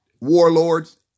warlords